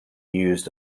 used